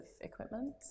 equipment